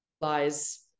lies